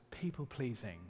people-pleasing